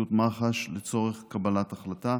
לפרקליטות מח"ש לצורך קבלת החלטה.